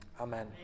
Amen